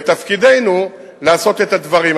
תפקידנו הוא לעשות את הדברים.